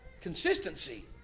consistency